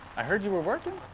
i heard you were working,